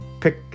pick